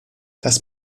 das